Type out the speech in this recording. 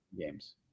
games